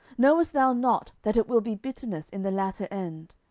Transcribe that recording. knowest thou not that it will be bitterness in the latter end?